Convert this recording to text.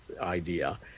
idea